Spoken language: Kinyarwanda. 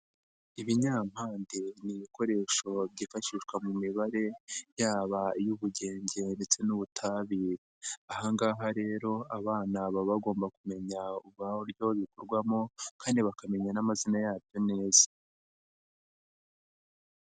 Ibinyampande ni ibikoresho byifashishwa mu Mibare yaba iy'Ubugenge ndetse n'Ubutabire, aha ngaha rero abana baba bagomba kumenya uburyo bikorwamo kandi bakamenya n'amazina yabyo neza.